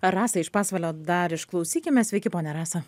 rasą iš pasvalio dar išklausykime sveiki ponia rasa